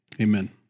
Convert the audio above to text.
amen